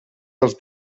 dels